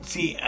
See